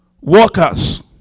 workers